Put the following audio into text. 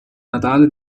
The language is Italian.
natale